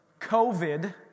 COVID